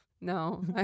No